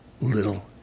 little